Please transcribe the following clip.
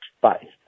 Bye